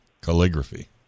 Calligraphy